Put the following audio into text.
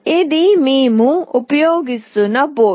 ఇది మేము ఉపయోగిస్తున్న బోర్డు